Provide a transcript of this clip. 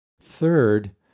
third